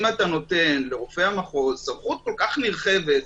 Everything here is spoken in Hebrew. אם אתה נותן לרופא המחוז סמכות כל כך נרחבת,